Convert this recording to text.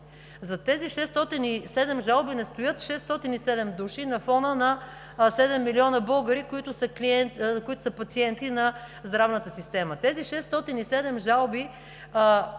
Зад тези 607 жалби не стоят 607 души на фона на седем милиона българи, които са пациенти на здравната система, тези 607 жалби